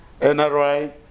NRI